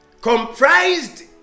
comprised